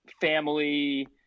family